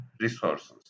resources